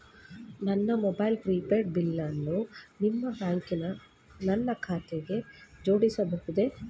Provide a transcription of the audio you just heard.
ನನ್ನ mobile prepaid ಬಿಲ್ಲನ್ನು ನಿಮ್ಮ ಬ್ಯಾಂಕಿನ ನನ್ನ ಖಾತೆಗೆ ಜೋಡಿಸಬಹುದೇ?